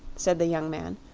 said the young man.